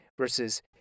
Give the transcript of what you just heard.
versus